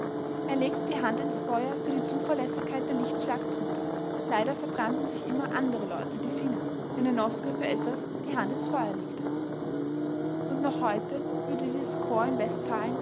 er legte die hand ins feuer für die zuverlässigkeit der lichtschlag-truppe leider verbrannten sich immer andere leute die finger wenn herr noske für etwas die hand ins feuer legte und noch heute würde dieses